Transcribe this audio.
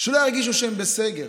שלא ירגישו שהם בסגר.